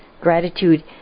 Gratitude